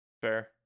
fair